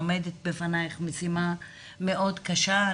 עומדת בפנייך משימה מאוד קשה.